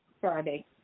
Friday